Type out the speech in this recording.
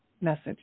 message